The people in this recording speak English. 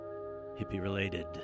hippie-related